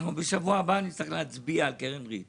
אנחנו בשבוע הבא נצטרך להצביע על קרן ריט.